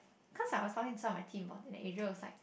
cause I was talking to some of my team but Adria was like